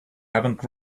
haven’t